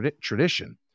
tradition